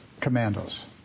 commandos